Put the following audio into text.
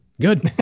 Good